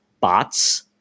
bots